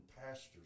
pastors